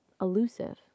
elusive